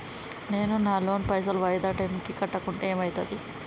నేను నా లోన్ పైసల్ వాయిదా టైం కి కట్టకుంటే ఏమైతది?